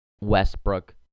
Westbrook